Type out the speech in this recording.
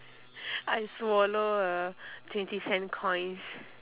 I swallow a twenty cents coins